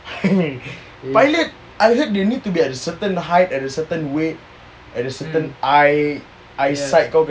pilot I heard they need to be of certain height and a certain in weight and a certain eye eyesight